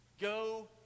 Go